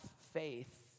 faith